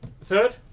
third